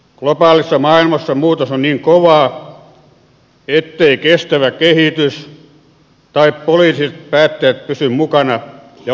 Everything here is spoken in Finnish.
globaalissa maailmassa muutos on niin kovaa ettei kestävä kehitys tai poliittiset päättäjät pysy mukana ja ongelmat syvenevät